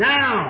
Now